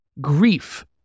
grief